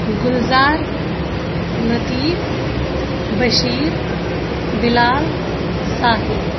Gulzar Latif Bashir Bilal Sahil